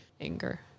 anger